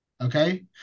okay